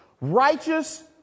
Righteous